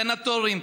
סנטורים,